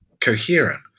coherent